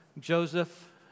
Joseph